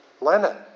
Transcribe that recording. Lenin